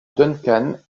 duncan